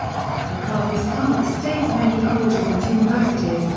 mccarthy stumped the state's many colleges and universities,